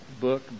book